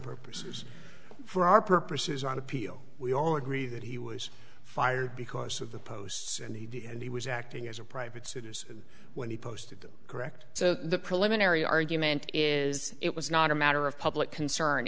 purposes for our purposes on appeal we all agree that he was fired because of the posts and he did and he was acting as a private citizen when he posted them correct so the preliminary argument is it was not a matter of public concern